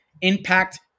impact